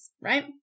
right